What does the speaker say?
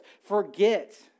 forget